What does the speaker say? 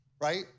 right